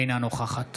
אינה נוכחת